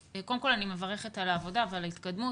קודם כל אני מברכת על העבודה ועל ההתקדמות.